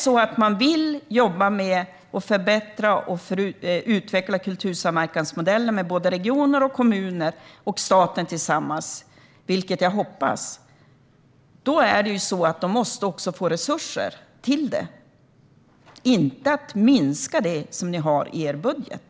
Vill man jobba med att förbättra och utveckla kultursamverkansmodellen med regioner, kommuner och staten, vilket jag hoppas, måste de också få resurser till det. Man kan inte minska det, som ni har gjort i er budget.